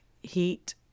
Heat